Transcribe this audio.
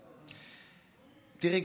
תראי,